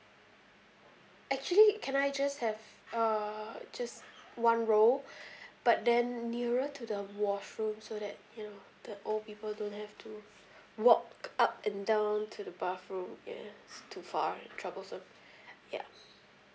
actually can I just have uh just one row but then nearer to the washroom so that you know the old people don't have to walk up and down to the bathroom ya it's too far troublesome ya